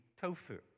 tofu